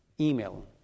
email